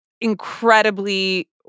incredibly